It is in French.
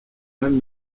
même